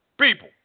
people